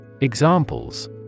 Examples